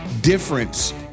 difference